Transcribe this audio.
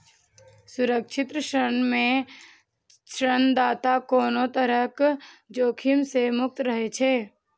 सुरक्षित ऋण मे ऋणदाता कोनो तरहक जोखिम सं मुक्त रहै छै